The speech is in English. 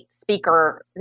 speaker